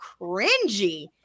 cringy